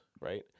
right